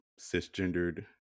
cisgendered